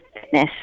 fitness